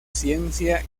ciencia